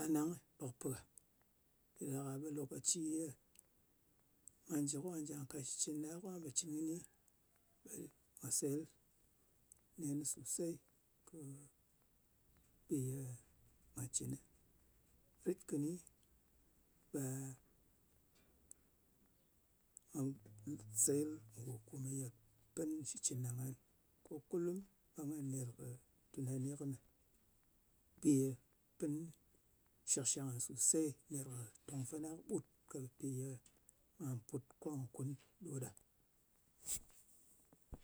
A nang ɓe kɨ pɨ gha. Mpì ɗa ɗak-a, ɓe lokàci ye nga jɨ kà njà ka shitcɨn ɗa, ka pò cɨn kɨni, ɓe nga seyɨl nen sosey kɨ bi ye nga cɨnɨ. Rit kɨni, ɓe nga seyil ngò kòmè pɨn shitcɨn ɗa ngan. Ko kulum ɓe ngan ner kɨ tùnani kɨnɨ. Bi ye pɨn shɨkshang ngan sosey ner kɨ tòng fana kɨɓut, ka pi ye nga put, kwà kun ɗo ɗa.